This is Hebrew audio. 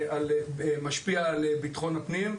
זה משפיע על ביטחון הפנים.